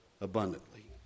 abundantly